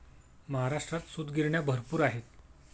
महाराष्ट्रात सूतगिरण्या भरपूर आहेत